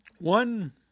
one